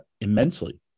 immensely